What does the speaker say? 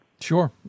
sure